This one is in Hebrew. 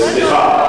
אם את לא רשומה,